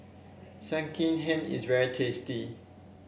Sekihan is very tasty